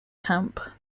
camp